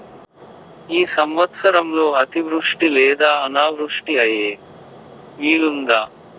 ఈ సంవత్సరంలో అతివృష్టి లేదా అనావృష్టి అయ్యే వీలుందా?